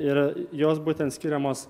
ir jos būtent skiriamos